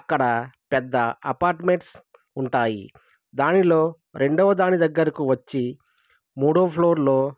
అక్కడ పెద్ద అపార్ట్మెంట్స్ ఉంటాయి దానిలో రెండవ దాని దగ్గరకు వచ్చి మూడో ఫ్లోర్లో